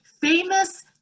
famous